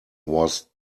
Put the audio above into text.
was